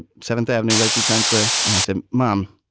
seventh avenue, right through times square. and i said, mom,